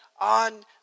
on